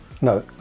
No